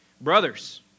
Brothers